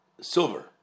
silver